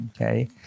Okay